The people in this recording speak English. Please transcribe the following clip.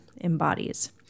embodies